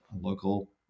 local